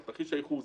אבל תרחיש הייחוס